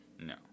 No